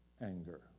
anger